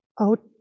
out